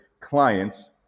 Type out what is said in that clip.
clients